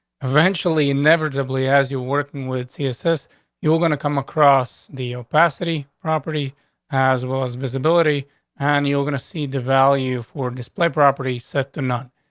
eventually, inevitably, as you working with he assists, you're gonna come across the a pass ity property as well as visibility on. and you're going to see the value for display property set to none.